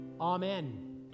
Amen